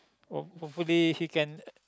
hope hopefully he can